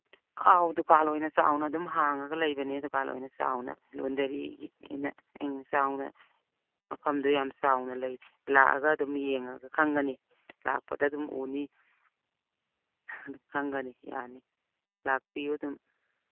ꯑꯧ ꯗꯨꯀꯥꯟ ꯑꯣꯏꯅ ꯆꯥꯎꯅ ꯑꯗꯨꯝ ꯍꯥꯡꯉꯒ ꯂꯩꯕꯅꯦ ꯗꯨꯀꯥꯟ ꯑꯣꯏꯅ ꯆꯥꯎꯅ ꯂꯣꯟꯗꯔꯤꯒꯤꯅ ꯎꯝ ꯆꯥꯎꯅ ꯃꯐꯝꯗꯨ ꯌꯥꯝ ꯆꯥꯎꯅ ꯂꯩ ꯂꯥꯛꯑꯒ ꯑꯗꯨꯝ ꯌꯦꯡꯉꯒ ꯈꯪꯒꯅꯤ ꯂꯥꯛꯄꯗ ꯑꯗꯨꯝ ꯎꯅꯤ ꯑꯗꯨꯝ ꯈꯪꯒꯅꯤ ꯌꯥꯅꯤ ꯂꯥꯛꯄꯤꯌꯨ ꯑꯗꯨꯝ